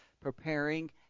preparing